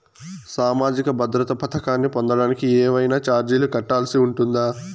సామాజిక భద్రత పథకాన్ని పొందడానికి ఏవైనా చార్జీలు కట్టాల్సి ఉంటుందా?